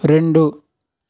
రెండు